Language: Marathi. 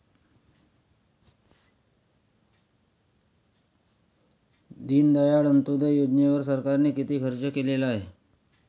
दीनदयाळ अंत्योदय योजनेवर सरकारने किती खर्च केलेला आहे?